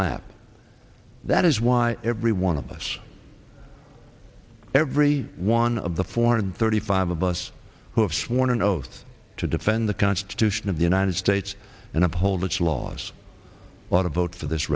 map that is why every one of us every one of the four hundred thirty five of us who have sworn an oath to defend the constitution of the united states and uphold its laws what a vote for this